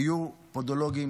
היו פודולוגים